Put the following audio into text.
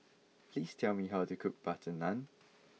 please tell me how to cook Butter Naan